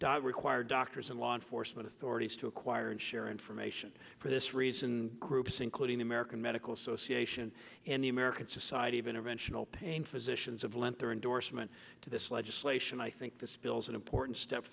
requires require doctors and law enforcement authorities to acquire and share information for this reason groups including the american medical association and the american society of interventional pain physicians have lent their endorsement to this legislation i think this bill's an important step